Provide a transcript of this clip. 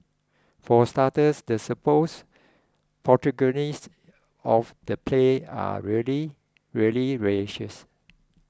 for starters the supposed protagonists of the play are really really racist